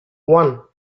one